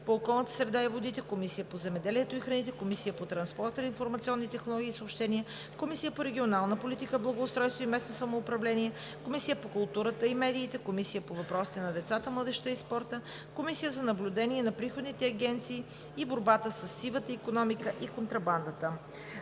по околната среда и водите, Комисията по земеделието и храните, Комисията по транспорт, информационни технологии и съобщения, Комисията по регионална политика, благоустройство и местно самоуправление, Комисията по културата и медиите, Комисията по въпросите на децата, младежта и спорта, Комисията за наблюдение на приходните агенции и борбата със сивата икономика и контрабандата.